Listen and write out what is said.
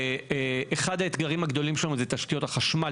אחד האתגרים הגדולים שלנו זה תשתיות החשמל.